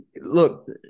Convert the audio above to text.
look